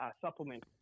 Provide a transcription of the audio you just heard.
supplement